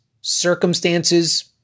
circumstances